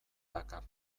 dakar